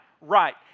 right